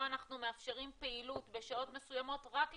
אנחנו מאפשרים פעילות בשעות מסוימות רק לקשישים.